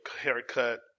haircut